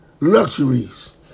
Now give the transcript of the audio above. luxuries